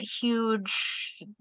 huge